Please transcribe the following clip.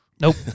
Nope